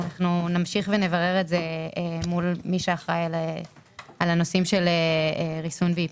נמשיך ונברר את זה מול מי שאחראי על נושאי ריסון ואיפוק.